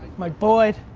my boy.